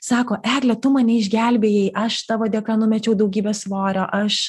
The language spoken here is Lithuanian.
sako egle tu mane išgelbėjai aš tavo dėka numečiau daugybę svorio aš